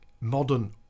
modern